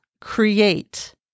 Create